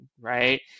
right